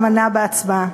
אמנע בהצבעה.